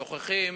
אבל שוכחים